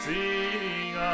Sing